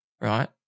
right